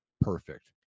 perfect